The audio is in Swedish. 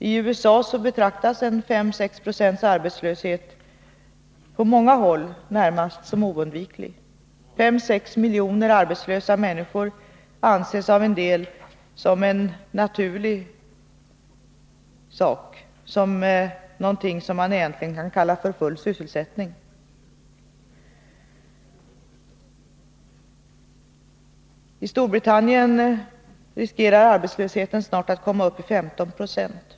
I USA betraktas 5-6 26 arbetslöshet på många håll närmast som oundviklig. Fem sex miljoner arbetslösa människor anses av en del som en naturlig sak, någonting som man egentligen kan kalla för full sysselsättning. I Storbritannien riskerar arbetslösheten att snart komma upp i 15 96.